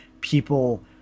people